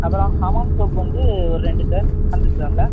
அப்புறம் ஹமாம் சோப் வந்து ஒரு ரெண்டு சார் ஹண்ட்ரட் கிராமில்